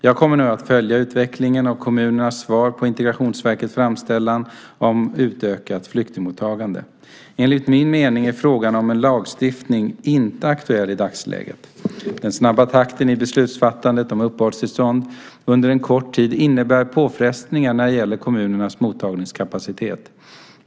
Jag kommer nu att följa utvecklingen av kommunernas svar på Integrationsverkets framställan om utökat flyktingmottagande. Enligt min mening är frågan om lagstiftning inte aktuell i dagsläget. Den snabba takten i beslutsfattandet om uppehållstillstånd under kort tid innebär påfrestningar när det gäller kommunernas mottagningskapacitet.